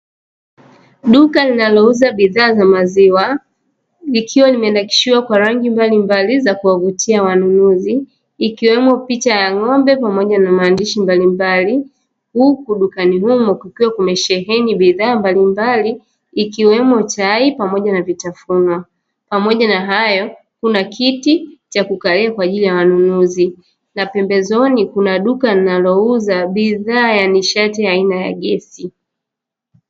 Duka linalouza bidhaa za maziwa imenakishiwa kwa rangi mbali mbali za kuwavutia ikiwemo picha ya ng'ombe pamoja na maandishi mbalimbali, huku dukani humo kukiwa kumesheheni bidhaa mbalimbali ikiwemo chai pamoja na vitafunwa pamoja na hayo kuna kiti cha ukae kwa ajili ya manunuzi na pembezoni kuna duka linalouza bidhaa ya nishati ya aina ya gesi.